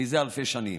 זה אלפי שנים.